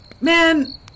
man